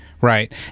Right